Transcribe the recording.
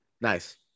nice